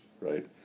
Right